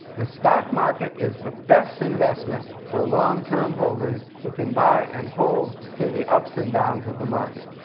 the stock market is the best investment for long-term holders who can buy and hold through the ups and downs of the market?